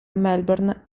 melbourne